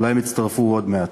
אולי הם יצטרפו עוד מעט.